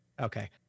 Okay